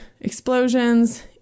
explosions